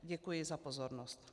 Děkuji za pozornost.